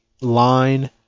line